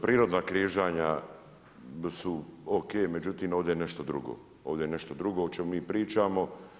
Prirodna križanja su ok, međutim ovdje je nešto drugo, ovdje je nešto drugo o čemu mi pričamo.